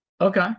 Okay